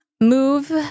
move